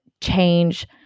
change